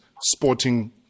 sporting